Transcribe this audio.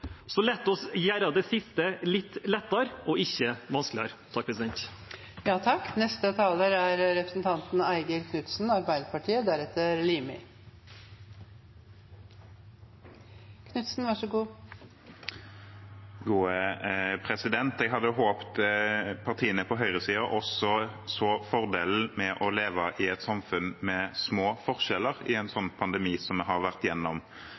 Så la oss gjøre det siste litt lettere, og ikke vanskeligere. Representanten Vetle Wang-Soleim har tatt opp det forslaget han refererte til. Jeg hadde håpet at partiene på høyresiden også så fordelen med å leve i et samfunn med små forskjeller i en slik pandemi som vi har vært igjennom